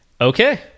Okay